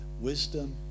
wisdom